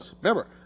Remember